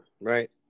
Right